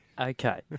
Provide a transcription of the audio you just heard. Okay